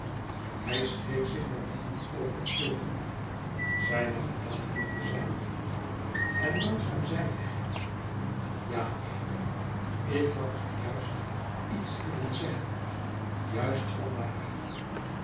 hij streek zich met de hand over het voorhoofd zijne gedachten verzamelend en langzaam zeide hij ja eve ik had je juist iets willen zeggen juist vandaag